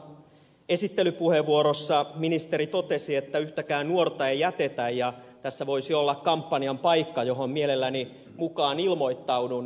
esittelypuheenvuorossa ministeri totesi että yhtäkään nuorta ei jätetä ja tässä voisi olla kampanjan paikka johon mielelläni mukaan ilmoittaudun